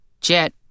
Jet